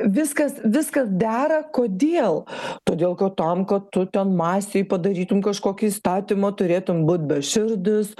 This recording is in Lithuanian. viskas viskas dera kodėl todėl kad tam kad tu ten masei padarytum kažkokį įstatymą turėtum būt beširdis